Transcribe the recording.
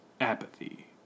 Apathy